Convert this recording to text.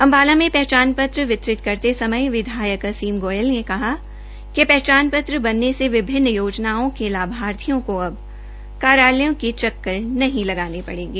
अम्बाला में पहचान पत्र वितरित करते समय विधायक असीम गोयल ने कहा कि पहचान पत्र बनने से विभिन्न योजनाओं के लाभार्थियों को अब कार्यालयों के चक्कर नहीं लगाने पडेंगे